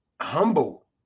humble